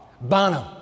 Bonham